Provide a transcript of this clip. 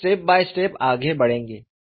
हम step by step आगे बढ़ेंगे